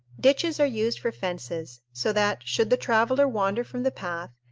ditches are used for fences so that, should the traveler wander from the path,